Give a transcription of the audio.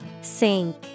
Sink